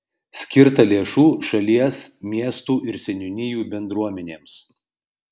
skirta lėšų šalies miestų ir seniūnijų bendruomenėms